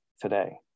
today